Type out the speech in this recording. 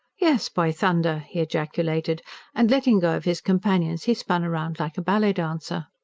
yes, by thunder! he ejaculated and letting go of his companions, he spun round like a ballet-dancer.